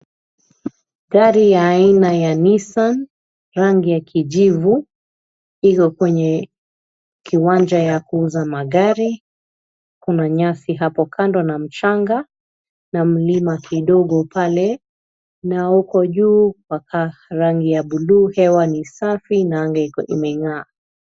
Gari ya aina ya Nissan, rangi ya kijivu iko kwenye kiwanja ya kuuza magari. Kuna nyasi hapo kando na mchanga na mlima kidogo pale. Na huko juu rangi ya buluu, hewa ni safi na anga imeng'aa.